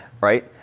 right